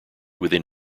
within